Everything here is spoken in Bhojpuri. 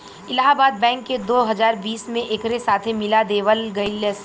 इलाहाबाद बैंक के दो हजार बीस में एकरे साथे मिला देवल गईलस